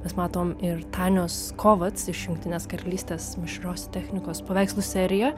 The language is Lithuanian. mes matom ir tonios kovac iš jungtinės karalystės mišrios technikos paveikslų seriją